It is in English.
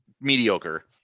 mediocre